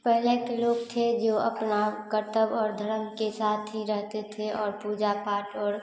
पहले के लोग थे जो अपना कर्तव्य और धरम के साथ ही रहते थे और पूजा पाठ और